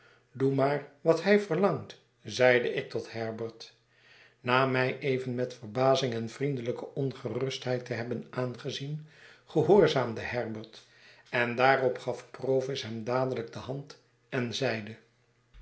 doe maar wat hij verlangt zeide ik tot herbert na mij even met verbazing en vriendelijke ongerustheid te hebben aangezien gehoorzaamde herbert en daarop gaf provis hem dadelijk de hand en zeide